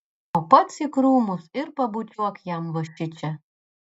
o pats į krūmus ir pabučiuok jam va šičia